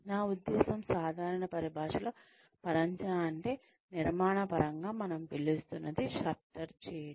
నా ఉద్దేశ్యం సాధారణ పరిభాషలో పరంజా అంటే నిర్మాణ పరంగా మనం పిలుస్తున్నది షట్టర్ చేయడం